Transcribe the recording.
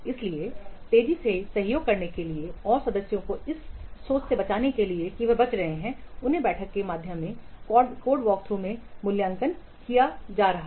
इसलिए तेजी से सहयोग करने के लिए और सदस्यों को इस सोच से बचना चाहिए कि वे बच रहे हैं उन्हें बैठक के माध्यम से कोड वॉकथ्रू में मूल्यांकन किया जा रहा है